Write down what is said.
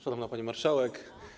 Szanowna Pani Marszałek!